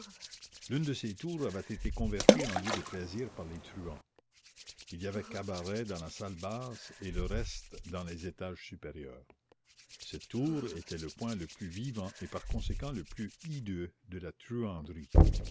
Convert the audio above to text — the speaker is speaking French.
l'une de ces tours avait été convertie en lieu de plaisir par les truands il y avait cabaret dans la salle basse et le reste dans les étages supérieurs cette tour était le point le plus vivant et par conséquent le plus hideux de la